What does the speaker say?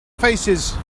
faces